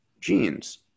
genes